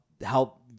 help